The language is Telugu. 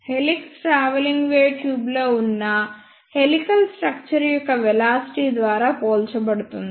హెలిక్స్ ట్రావెలింగ్ వేవ్ ట్యూబ్లో ఉన్న హెలికల్ స్ట్రక్చర్ యొక్క వెలాసిటీ ద్వారా పోల్చబడుతుంది